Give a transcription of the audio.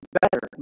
better